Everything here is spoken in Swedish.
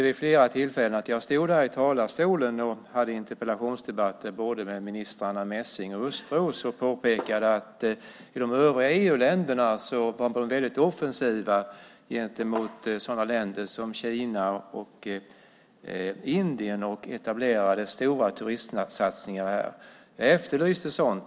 Vid flera tillfällen stod jag här i talarstolen och hade interpellationsdebatter både med minister Messing och minister Östros och påpekade att man i de övriga EU-länderna var mycket offensiv gentemot länder som Kina och Indien och etablerade stora turistsatsningar. Jag efterlyste sådana.